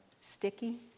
sticky